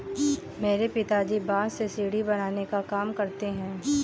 मेरे पिताजी बांस से सीढ़ी बनाने का काम करते हैं